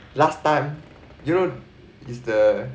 last time you know is the